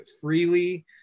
freely